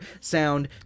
sound